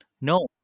no